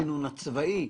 הסינון הצבאי.